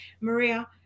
Maria